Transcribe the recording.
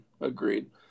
Agreed